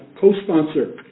co-sponsor